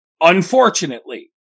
unfortunately